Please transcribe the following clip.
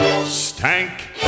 stank